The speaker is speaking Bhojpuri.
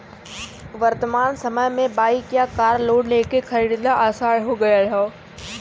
वर्तमान समय में बाइक या कार लोन लेके खरीदना आसान हो गयल हौ